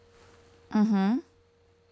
(uh huh)